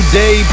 day